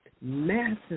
massive